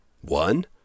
One